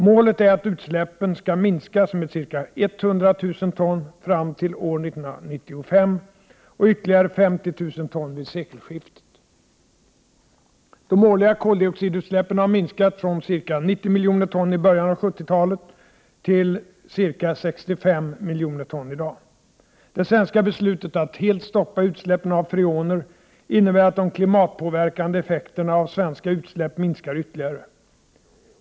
Målet är att utsläppen skall minskas med ca 100 000 ton fram till år 1995 och ytterligare 50 000 ton vid sekelskiftet. De årliga koldioxidutsläppen har minskat från ca 90 miljoner ton i början av 1970-talet till ca 65 miljoner ton i dag. Det svenska beslutet att helt stoppa utsläppen av freoner innebär att de klimatpåverkande effekterna av svenska utsläpp minskar ytterligare.